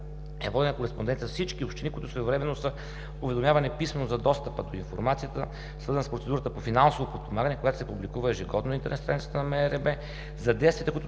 е водена кореспонденция с всички общини, които своевременно са уведомявани писмено за достъпа до информацията, свързана с процедурата по финансовото подпомагане, която ежегодно се публикува на интернет страницата на МРРБ, и за действията,